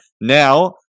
now